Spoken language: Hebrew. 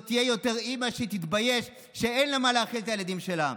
תהיה יותר אימא שתתבייש שאין לה במה להאכיל את הילדים שלה,